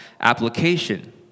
application